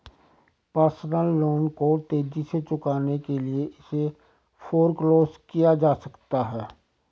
personal loan को तेजी से चुकाने के लिए इसे फोरक्लोज किया जा सकता है